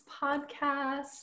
podcast